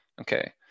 okay